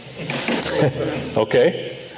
okay